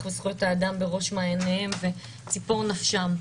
וזכויות האדם בראש מעייניהם וציפור נפשם,